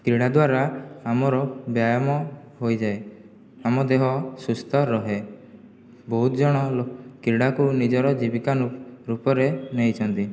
କ୍ରୀଡ଼ା ଦ୍ଵାରା ଆମର ବ୍ୟାୟାମ ହୋଇଯାଏ ଆମ ଦେହ ସୁସ୍ଥ ରହେ ବହୁତ ଜଣ କ୍ରୀଡ଼ାକୁ ନିଜର ଜୀବିକା ରୂପରେ ନେଇଛନ୍ତି